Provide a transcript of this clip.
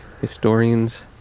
historians